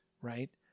right